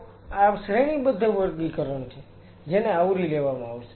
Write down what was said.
તો આ શ્રેણીબદ્ધ વર્ગીકરણ છે જેને આવરી લેવામાં આવશે